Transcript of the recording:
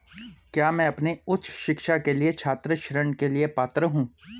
क्या मैं अपनी उच्च शिक्षा के लिए छात्र ऋण के लिए पात्र हूँ?